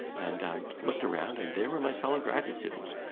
and and looked around and there were my fellow graduate students,